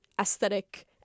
aesthetic